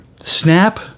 Snap